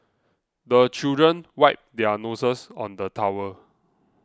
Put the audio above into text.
the children wipe their noses on the towel